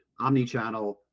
omnichannel